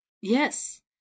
Yes